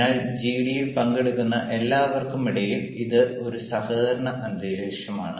അതിനാൽ ജിഡിയിൽ പങ്കെടുക്കുന്ന എല്ലാവർക്കുമിടയിൽ ഇത് ഒരു സഹകരണ അന്തരീക്ഷമാണ്